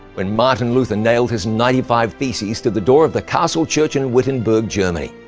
when martin luther nailed his ninety five theses to the door of the castle church in wittenberg, germany.